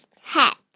hat